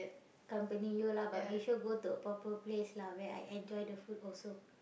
company you lah but make sure go to a proper place lah where I enjoy the food also